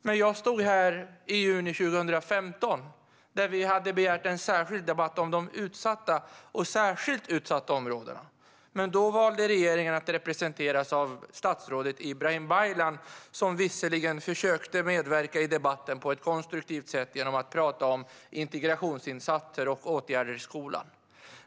När jag stod här i juni 2015, då vi hade begärt en särskild debatt om de särskilt utsatta områdena, valde regeringen att representeras av statsrådet Ibrahim Baylan, som visserligen försökte medverka i debatten på ett konstruktivt sätt genom att tala om integrationsinsatser i skolan.